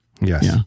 Yes